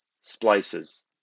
splices